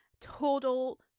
Total